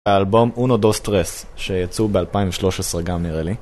האלבום Uno Dos Tres, שיצאו ב-2013 גם נראה לי.